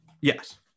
Yes